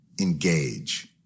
engage